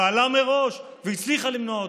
פעלה מראש והצליחה למנוע אותן.